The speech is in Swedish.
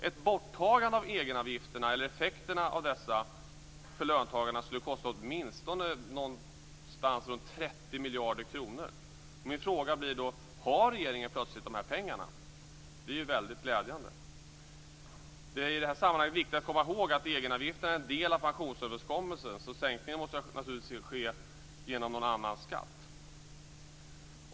Ett borttagande av egenavgifterna för löntagarna skulle kosta ca 30 miljarder kronor. Min fråga blir då: Har regeringen plötsligt dessa pengar? I så fall är det väldigt glädjande. I det här sammanhanget är det viktigt att komma ihåg att egenavgifterna är en del av pensionsöverenskommelsen. Sänkningen måste naturligtvis påverka någon annan skatt.